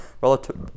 Relative